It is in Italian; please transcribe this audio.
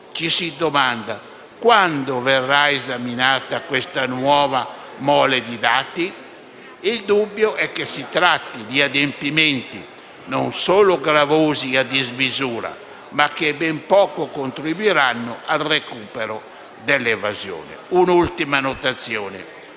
ci si domanda quando verrà esaminata questa nuova mole di dati. Il dubbio è che si tratti di adempimenti non solo gravosi a dismisura, ma che ben poco contribuiranno al recupero dell'evasione. Un'ultima notazione: